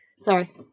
Sorry